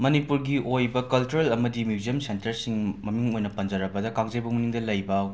ꯃꯅꯤꯄꯨꯔꯒꯤ ꯑꯣꯏꯕ ꯀꯜꯆ꯭ꯔꯦꯜ ꯑꯃꯗꯤ ꯃ꯭ꯌꯨꯖ꯭ꯌꯝ ꯁꯦꯟꯇꯔꯁꯤꯡ ꯃꯃꯤꯡ ꯑꯣꯏꯅ ꯄꯟꯖꯔꯕꯗ ꯀꯥꯡꯖꯩꯕꯨꯡ ꯃꯅꯤꯡꯗ ꯂꯩꯕ